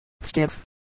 stiff